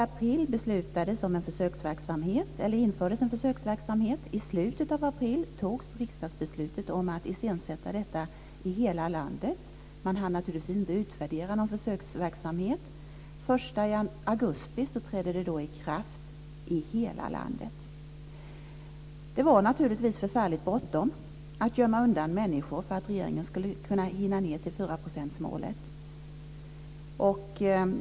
Den 1 april infördes en försöksverksamhet. I slutet av april togs riksdagsbeslutet om att iscensätta detta i hela landet. Man hann naturligtvis inte utvärdera någon försöksverksamhet. Den 1 Det var naturligtvis förfärligt bråttom att gömma undan människor för att regeringen skulle hinna ned till 4-procentsmålet.